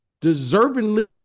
Deservingly